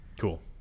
Cool